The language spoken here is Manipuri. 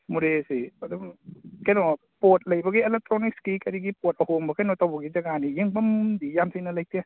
ꯃꯣꯔꯦꯁꯤ ꯑꯗꯨꯝ ꯀꯩꯅꯣ ꯄꯣꯠ ꯂꯩꯕꯒꯤ ꯑꯦꯂꯦꯛꯇ꯭ꯔꯣꯅꯤꯛꯁꯀꯤ ꯀꯔꯤꯒꯤ ꯄꯣꯠ ꯑꯍꯣꯡꯕ ꯀꯩꯅꯣ ꯇꯧꯕꯒꯤ ꯖꯒꯥꯅꯤ ꯌꯦꯡꯐꯝꯗꯤ ꯌꯥꯝ ꯊꯣꯏꯅ ꯂꯩꯇꯦ